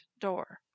door